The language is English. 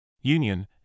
Union